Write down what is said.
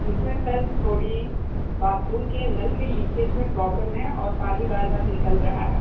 जिस में सर थोड़ी बाथरूम के नल के लीकेज़ में प्रॉब्लम है और पानी बार बार निकल रहा है